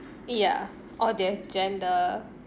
ya or their gender